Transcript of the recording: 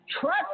Trust